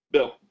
Bill